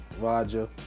Roger